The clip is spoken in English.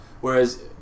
whereas